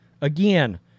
Again